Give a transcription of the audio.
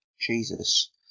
Jesus